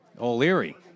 O'Leary